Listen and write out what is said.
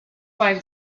wife